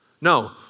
No